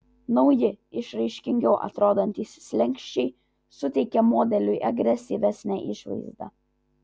nauji išraiškingiau atrodantys slenksčiai suteikia modeliui agresyvesnę išvaizdą